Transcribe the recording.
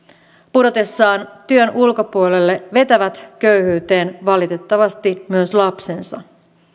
pudotessaan työn ulkopuolelle vetävät köyhyyteen valitettavasti myös lapsensa